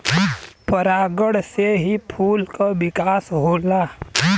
परागण से ही फूल क विकास होला